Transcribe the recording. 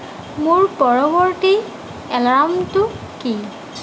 মোৰ পৰৱৰ্তী এলাৰ্মটো কি